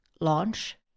launch